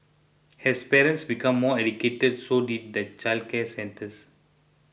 as parents became more educated so did the childcare centres